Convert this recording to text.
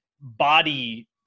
body